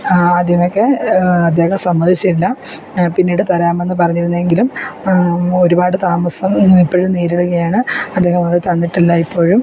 ആദ്യമൊക്കെ അദ്ദേഹം സമ്മതിച്ചില്ല പിന്നീട് തരാമെന്ന് പറഞ്ഞിരുന്നെങ്കിലും ഒരുപാട് താമസം ഇപ്പോഴും നേരിടുകയാണ് അദ്ദേഹം അത് തന്നിട്ടില്ല ഇപ്പോഴും